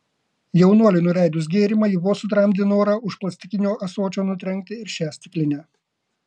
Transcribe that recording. jaunuoliui nuleidus gėrimą ji vos sutramdė norą už plastikinio ąsočio nutrenkti ir šią stiklinę